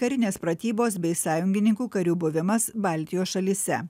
karinės pratybos bei sąjungininkų karių buvimas baltijos šalyse